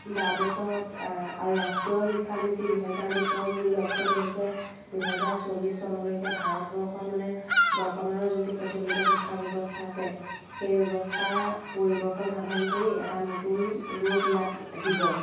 তাৰপিছত আৰু ৰাষ্ট্ৰীয় শিক্ষানীতি দুহেজাৰ বিছৰ মূল লক্ষ্যটো হৈছে দুহেজাৰ চল্লিছ চনলৈকে ভাৰতবৰ্ষত মানে বৰ্তমানৰ যোনটো প্ৰচলিত শিক্ষা ব্যৱস্থা আছে সেই ব্যৱস্থাৰ পৰিৱৰ্তন সাধন কৰি এটা নতুন ৰূপ ইয়াত দিব